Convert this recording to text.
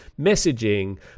messaging